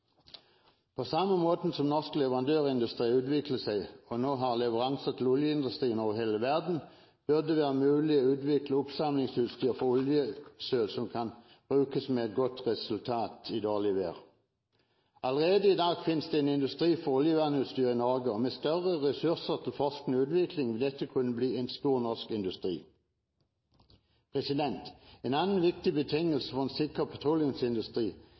På samme måte som norsk leverandørindustri har utviklet seg og nå har leveranser til oljeindustrien over hele verden, burde det være mulig å utvikle oppsamlingsutstyr for oljesøl som kan brukes med et godt resultat i dårlig vær. Allerede i dag finnes det en industri for oljevernutstyr i Norge, og med større ressurser til forskning og utvikling vil dette kunne bli en stor norsk industri. En annen viktig betingelse for en sikker petroleumsindustri